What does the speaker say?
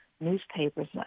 newspapers